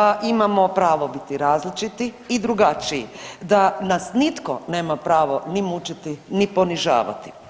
da imamo pravo biti različiti i drugačiji, da nas nitko nema pravo ni mučiti ni ponižavati.